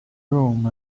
room